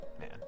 Man